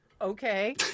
Okay